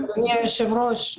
אדוני היושב-ראש,